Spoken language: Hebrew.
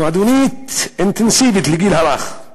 מועדונית אינטנסיבית לגיל הרך,